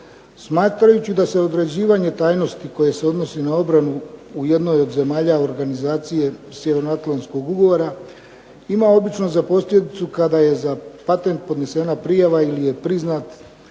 Smatrajući da se određivanje tajnosti koje se odnosi na obranu u jednoj od zemalja organizacije Sjevernoatlantskog ugovora ima obično za posljedicu kada je za patent podnesena prijava ili je priznat